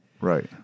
right